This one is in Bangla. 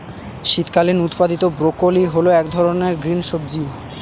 শীতকালীন উৎপাদীত ব্রোকলি হল এক ধরনের গ্রিন সবজি